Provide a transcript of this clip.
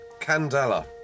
Candela